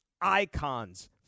icons